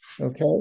Okay